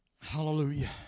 Hallelujah